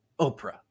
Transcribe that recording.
Oprah